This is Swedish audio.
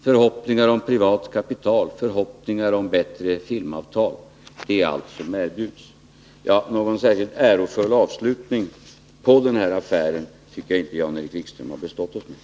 Förhoppningar om privat kapital, förhoppningar om bättre filmavtal— det är allt som erbjuds. Ja, någon särskilt ärofull avslutning på den här affären tycker jag inte Jan-Erik Wikström har bestått oss med.